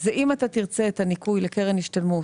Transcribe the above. זה אם אתה תרצה את הניכוי לקרן השתלמות,